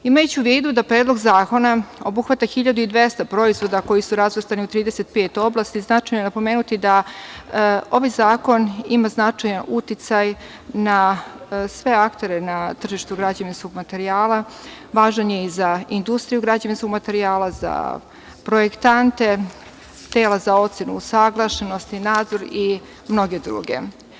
Imajući u vidu da Predlog zakona obuhvata 1.200 proizvoda koji su razvrstani u 35 oblasti, značajno je napomenuti da ovaj zakon ima značajan uticaj na sve aktere na tržištu građevinskog materijala, važan je i za industriju građevinskog materijala, za projektante, tela za ocenu usaglašenosti, nadzor i mnoge druge.